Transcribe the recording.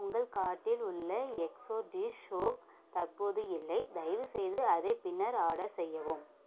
உங்கள் கார்ட்டில் உள்ள எக்ஸோ டிஷ் சோப் தற்போது இல்லை தயவுசெய்து அதை பின்னர் ஆர்டர் செய்யவும்